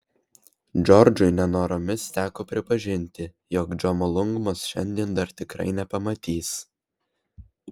džordžui nenoromis teko pripažinti jog džomolungmos šiandien dar tikrai nepamatys